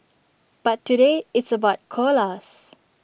but today it's about koalas